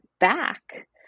back